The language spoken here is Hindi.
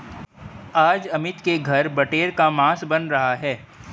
आज अमित के घर बटेर का मांस बन रहा है